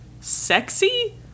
sexy